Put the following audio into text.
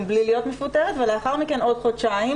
בלי להיות מפוטרת ולאחר מכן עוד חודשיים,